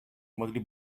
могли